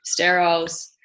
sterols